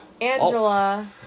Angela